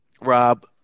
Rob